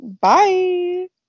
Bye